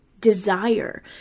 desire